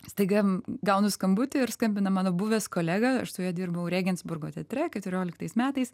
staiga gaunu skambutį ir skambina mano buvęs kolega aš su juo dirbau rėgensburgo teatre keturioliktais metais